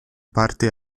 parte